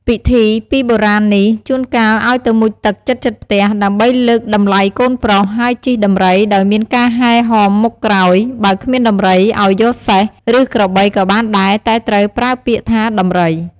ពិធីពីបុរាណនេះ ជួនកាលអោយទៅមុជទឹកជិតៗផ្ទះ ដើម្បីលើកតម្លៃកូនប្រុស ហើយជិះដំរីដោយមានការហែរហមមុខក្រោយ ។ បើគ្មានដំរី ឲ្យយកសេះ ឬក្របីក៏បានដែរ តែត្រូវប្រើពាក្យថាដំរី ។